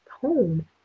home